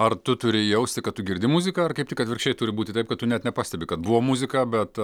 ar tu turi jausti kad tu girdi muziką ar kaip tik atvirkščiai turi būti taip kad tu net nepastebi kad buvo muziką bet